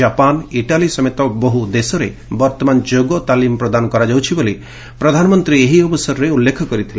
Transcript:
Japan Italy ସମେତ ବହୁ ଦେଶରେ ବର୍ତ୍ତମାନ ଯୋଗ ତାଲିମ୍ ପ୍ରଦାନ କରାଯାଉଛି ବୋଲି ପ୍ରଧାନମନ୍ତ୍ରୀ ଏହି ଅବସରରେ ଉଲ୍ଲେଖ କରିଥିଲେ